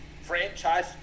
franchise